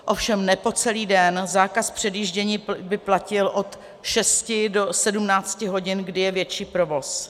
Ovšem ne po celý den, zákaz předjíždění by platil od 6 do 17 hodin, kdy je větší provoz.